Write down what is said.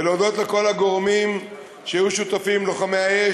ולהודות לכל הגורמים שהיו שותפים: לוחמי האש,